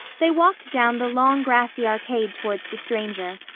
they walked down the long grassy arcade towards the stranger,